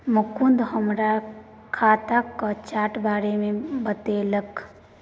मुकुंद हमरा खाताक चार्ट बारे मे बतेलक